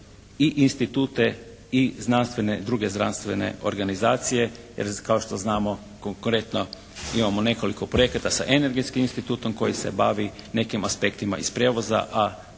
i znanstvene, druge znanstvene organizacije. Jer kao što znamo konkretno imamo nekoliko projekata sa energetskim institutom koji se bavi nekim aspektima iz prijevoza,